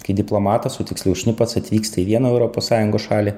kai diplomatas o tiksliau šnipas atvyksta į vieną europos sąjungos šalį